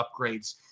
upgrades